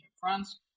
France